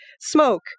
smoke